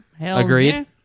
Agreed